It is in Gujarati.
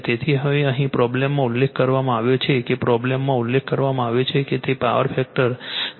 તેથી હવે અહીં પ્રોબ્લેમમાં ઉલ્લેખ કરવામાં આવ્યો છે કે તે પાવર ફેક્ટર 0